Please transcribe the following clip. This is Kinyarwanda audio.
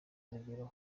urugero